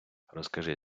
розкажи